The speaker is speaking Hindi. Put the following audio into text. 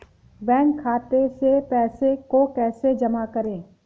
बैंक खाते से पैसे को कैसे जमा करें?